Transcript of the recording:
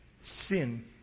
sin